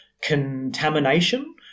contamination